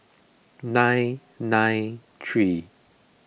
nine nine three